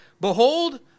behold